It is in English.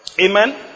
Amen